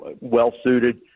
well-suited